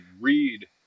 read